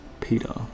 Peter